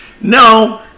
No